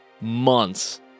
months